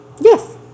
Yes